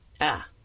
Ah